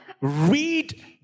Read